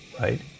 right